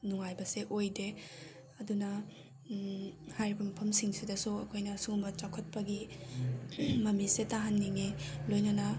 ꯅꯨꯡꯉꯥꯏꯕꯁꯦ ꯑꯣꯏꯗꯦ ꯑꯗꯨꯅ ꯍꯥꯏꯔꯤꯕ ꯃꯐꯝꯁꯤꯡꯁꯤꯗꯁꯨ ꯑꯩꯈꯣꯏꯅ ꯑꯁꯤꯒꯨꯝꯕ ꯆꯥꯎꯈꯠꯄꯒꯤ ꯃꯃꯤꯁꯦ ꯇꯥꯍꯟꯅꯤꯡꯉꯤ ꯂꯣꯏꯅꯅ